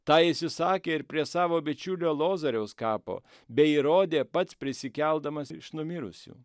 tą jis išsakė ir prie savo bičiulio lozoriaus kapo bei įrodė pats prisikeldamas iš numirusių